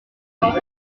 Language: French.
mais